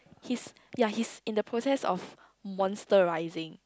he's ya he's in the process of monsterizing